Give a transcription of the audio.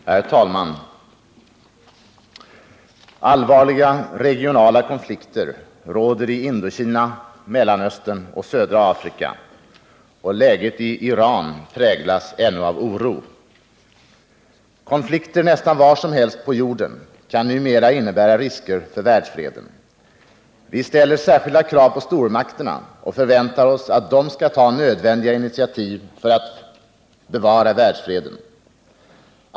Herr talman! Allvarliga regionala konflikter råder i Indokina, Mellanöstern och södra Afrika, och läget i Iran präglas ännu av oro. Konflikter nästan var som helst på jorden kan numera innebära risker för världsfreden. Vi ställer särskilda krav på stormakterna och förväntar oss att de skall ta nödvändiga initiativ för att bevara världsfreden.